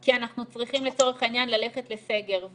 כי אנחנו צריכים לצורך העניין ללכת לסגר.